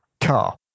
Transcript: car